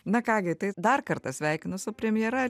na ką gi tai dar kartą sveikinu su premjera